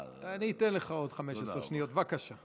אני אתן לך עוד 15 שניות, בבקשה.